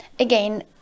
again